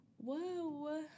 Whoa